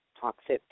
toxic